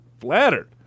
Flattered